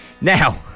Now